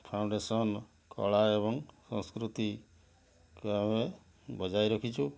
foundation କଳା ଏବଂ ସଂସ୍କୃତିକୁ ଆମେ ବଜାୟ ରଖିଛୁ